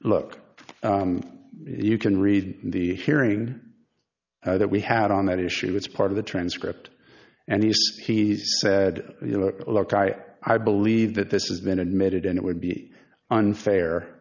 look you can read the hearing that we had on that issue it's part of the transcript and he says he said you know look i i believe that this has been admitted and it would be unfair